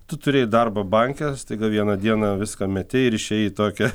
tu turėjai darbą banke staiga vieną dieną viską metei ir išėjai į tokią